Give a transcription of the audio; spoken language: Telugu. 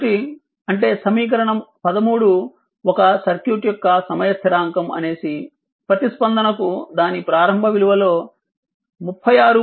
కాబట్టి అంటే సమీకరణం 13 ఒక సర్క్యూట్ యొక్క సమయ స్థిరాంకం అనేసి ప్రతిస్పందనకు దాని ప్రారంభ విలువలో 36